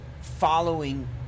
following